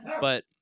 but-